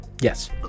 Yes